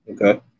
Okay